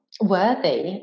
worthy